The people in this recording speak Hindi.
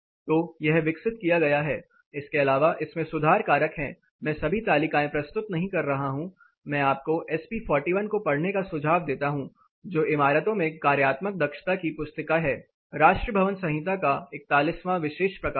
तो यह विकसित किया गया है इसके अलावा इसमें सुधार कारक हैं मैं सभी तालिकाएं प्रस्तुत नहीं कर रहा हूं मैं आपको एसपी 41 को पढ़ने का सुझाव देता हूं जो इमारतों में कार्यात्मक दक्षता की पुस्तिका है राष्ट्रीय भवन संहिता का 41वां विशेष प्रकाशन